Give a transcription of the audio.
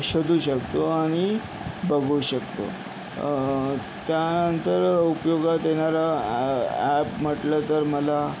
शोधू शकतो आणि बघू शकतो त्यानंतर उपयोगात येणारा ॲ ॲप म्हटलं तर मला